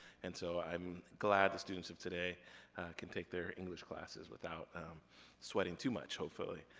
and so i'm glad the students of today can take their english classes without sweating too much, hopefully,